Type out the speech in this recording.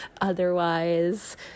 otherwise